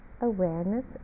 awareness